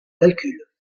calcul